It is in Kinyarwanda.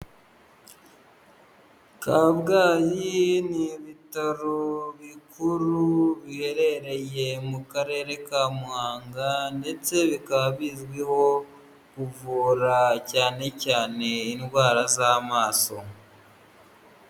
Kabgayi ni ibitaro bikuru biherereye mu karere ka Muhanga, ndetse bikaba bizwiho kuvura cyane cyane indwara z'amaso.